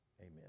Amen